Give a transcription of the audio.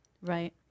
right